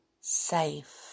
safe